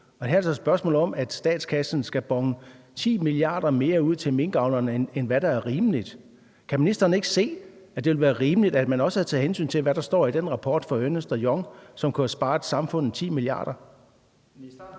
et spørgsmål om, at statskassen skal udbetale 10 mia. kr. mere til minkavlerne, end hvad der er rimeligt. Kan ministeren ikke se, at det ville have været rimeligt, at man også havde taget hensyn til, hvad der står i den rapport fra Ernst & Young, som kunne have sparet samfundet for 10 mia. kr.?